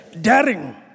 Daring